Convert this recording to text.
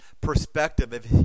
perspective